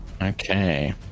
okay